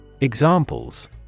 Examples